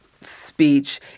speech